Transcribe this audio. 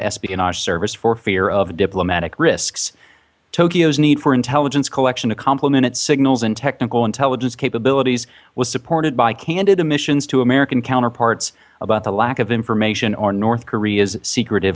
espionage service for fear of diplomatic risks tokyo's need for intelligence collection to complement its signals and technical intelligence capabilities was supported by candid admissions to american counterparts about the lack of information on north korea's secretive